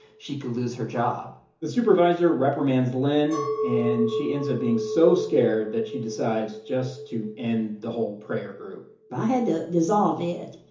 she could lose her job the supervisor supervisor reprimands lyn, and she ends up being so scared that she decides just to end the whole prayer group i had to dissolve it.